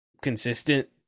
Consistent